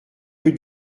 rue